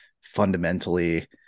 fundamentally